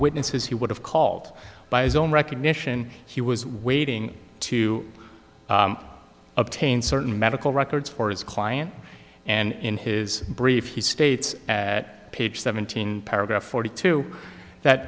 witnesses he would have called by his own recognition he was waiting to obtain certain medical records for his client and in his brief he states at page seventeen paragraph forty two that